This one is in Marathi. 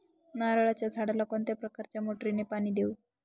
नारळाच्या झाडाला कोणत्या प्रकारच्या मोटारीने पाणी देऊ?